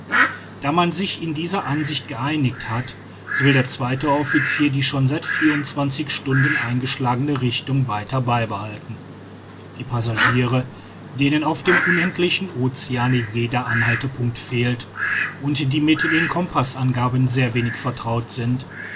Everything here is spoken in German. da man sich in dieser ansicht geeinigt hat so will der zweite officier die schon seit vierundzwanzig stunden eingeschlagene richtung weiter beibehalten die passagiere denen auf dem unendlichen oceane jeder anhaltepunkt fehlt und die mit den compaßangaben sehr wenig vertraut sind